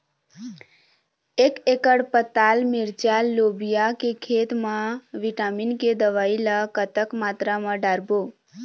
एक एकड़ पताल मिरचा लोबिया के खेत मा विटामिन के दवई ला कतक मात्रा म डारबो?